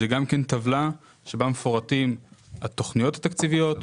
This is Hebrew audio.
זאת גם כן טבלה שבה מפורטים התוכניות התקציביות,